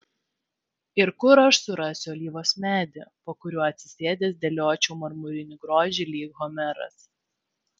ir kur aš susirasiu alyvos medį po kuriuo atsisėdęs dėliočiau marmurinį grožį lyg homeras